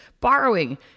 borrowing